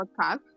podcast